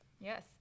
yes